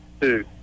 two